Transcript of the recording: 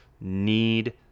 need